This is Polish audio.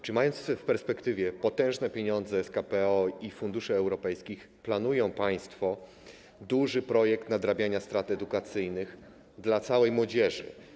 Czy, mając w perspektywie potężne pieniądze z KPO i funduszy europejskich, planują państwo stworzenie dużego projektu nadrabiania strat edukacyjnych dla całej młodzieży?